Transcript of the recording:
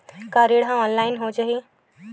का ऋण ह ऑनलाइन हो जाही?